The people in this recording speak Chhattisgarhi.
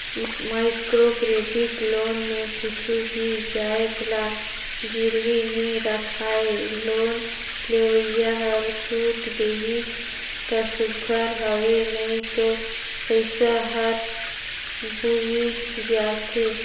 माइक्रो क्रेडिट लोन में कुछु भी जाएत ल गिरवी नी राखय लोन लेवइया हर छूट देहिस ता सुग्घर हवे नई तो पइसा हर बुइड़ जाथे